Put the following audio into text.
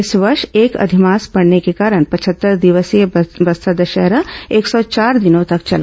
इस वर्ष एक अधिमास पड़ने के कारण पचहत्तर दिवसीय बस्तर दशहरा एक सौ चार दिनों तक चला